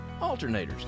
alternators